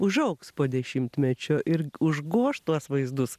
užaugs po dešimtmečio ir užgoš tuos vaizdus